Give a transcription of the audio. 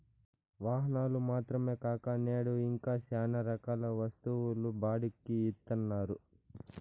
వాహనాలు మాత్రమే కాక నేడు ఇంకా శ్యానా రకాల వస్తువులు బాడుక్కి ఇత్తన్నారు